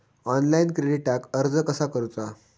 Online क्रेडिटाक अर्ज कसा करुचा?